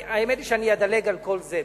האמת היא שאני אדלג על כל זה,